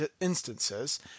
instances